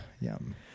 yum